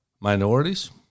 minorities